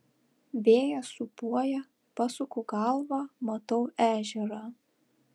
vėjas sūpuoja pasuku galvą matau ežerą